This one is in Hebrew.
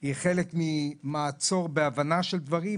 היא חלק ממעצור בהבנה של דברים,